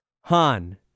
Han